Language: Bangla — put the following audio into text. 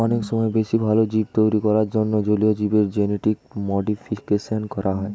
অনেক সময় বেশি ভালো জীব তৈরী করার জন্যে জলীয় জীবের জেনেটিক মডিফিকেশন করা হয়